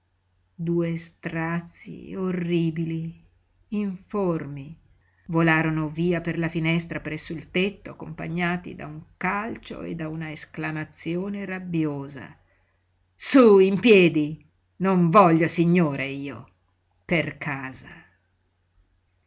due strazii orribili informi volarono via per la finestra presso il tetto accompagnati da un calcio e da una esclamazione rabbiosa sú in piedi non voglio signore io per casa